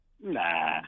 Nah